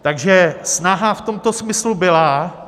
Takže snaha v tomto smyslu byla.